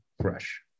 fresh